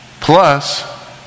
Plus